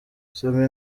soma